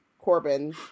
Corbin